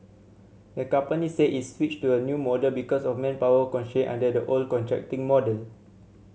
the company said it's switched to a new model because of manpower constraint under the old contracting model